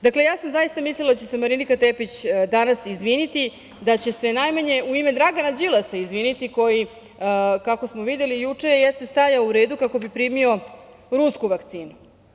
Dakle, ja sam zaista mislila da će se Marinika Tepić danas izviniti, da će se najmanje u ime Dragana Đilasa izviniti, koji kako smo videli juče jeste stajao u redu kako bi primio rusku vakcinu.